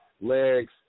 Legs